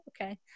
Okay